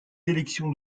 élections